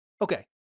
Okay